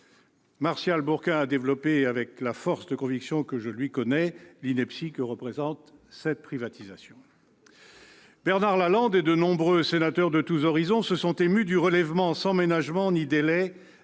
Martial Bourquin a développé avec la force de conviction que je lui connais l'ineptie que représentent ces privatisations. Bernard Lalande et de nombreux sénateurs de tous horizons se sont émus du relèvement, sans ménagement ni délai,